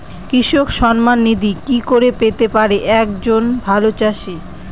কৃষক সন্মান নিধি কি করে পেতে পারে এক জন ভাগ চাষি?